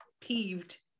peeved